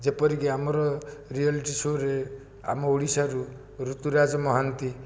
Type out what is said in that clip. ଯେପରି କି ଆମର ରିଏଲିଟି ସୋ'ରେ ଆମ ଓଡ଼ିଶାରୁ ଋତୁରାଜ ମହାନ୍ତି